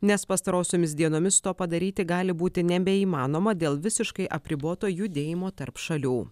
nes pastarosiomis dienomis to padaryti gali būti nebeįmanoma dėl visiškai apriboto judėjimo tarp šalių